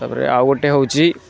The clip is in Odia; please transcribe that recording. ତା'ପରେ ଆଉ ଗୋଟିଏ ହେଉଛି